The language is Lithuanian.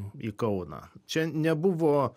į kauną čia nebuvo